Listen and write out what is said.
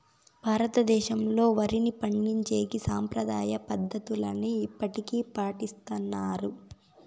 భారతదేశంలో, వరిని పండించేకి సాంప్రదాయ పద్ధతులనే ఇప్పటికీ పాటిస్తన్నారు